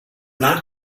not